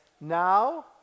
Now